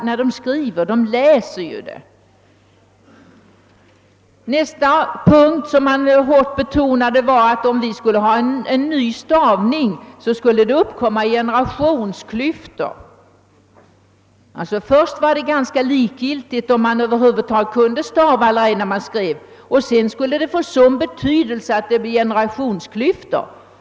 Nästa punkt som han betonade var att om vi skulle få en nystavning så skulle det uppkomma generationsklyftor. Först var det alltså ganska likgiltigt om man över huvud taget kunde stava och sedan skulle det få sådan betydelse att det blir generationsklyftor.